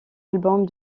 albums